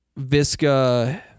Visca